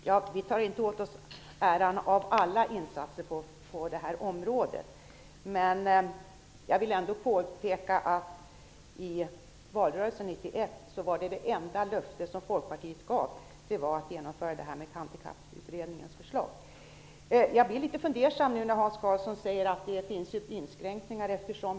Herr talman! Vi tar inte åt oss äran av alla insatser på det här området. Men jag vill ändå påpeka att det enda löfte i valrörelsen 1991 som Folkpartiet gav var att genomföra Handikapputredningens förslag. Jag blir litet fundersam när Hans Karlsson säger att det finns inskränkningar.